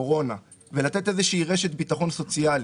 הקורונה ולתת איזושהי רשת ביטחון סוציאלי.